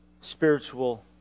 spiritual